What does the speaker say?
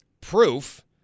proof